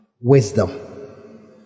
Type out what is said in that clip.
wisdom